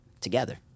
together